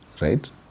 right